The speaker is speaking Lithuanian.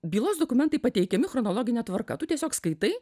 bylos dokumentai pateikiami chronologine tvarka tu tiesiog skaitai